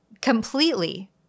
Completely